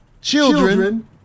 children